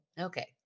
Okay